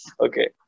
okay